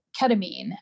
ketamine